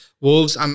Wolves